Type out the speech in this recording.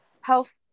health